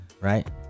right